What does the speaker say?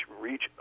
reach